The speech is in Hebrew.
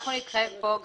כלומר אנחנו נתחייב פה,